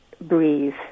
breathe